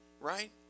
right